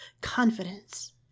confidence